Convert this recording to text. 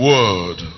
Word